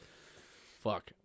Fuck